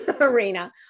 arena